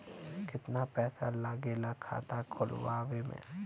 कितना पैसा लागेला खाता खोलवावे में?